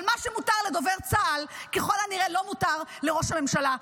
אבל מה שמותר לדובר צה"ל ככל הנראה לא מותר לראש הממשלה.